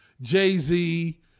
Jay-Z